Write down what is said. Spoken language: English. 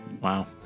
Wow